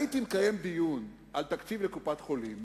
הייתי מקיים דיון על תקציב לקופת-חולים